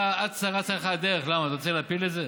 אתה רוצה להפיל את זה?